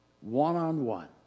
one-on-one